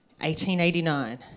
1889